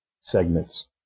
segments